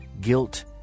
guilt